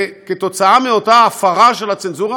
כתוצאה מאותה הפרה של הצנזורה,